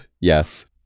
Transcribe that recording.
Yes